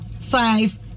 five